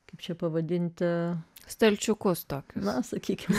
kaip čia pavadinti stalčiukus tokiu na sakykime